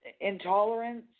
intolerance